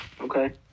Okay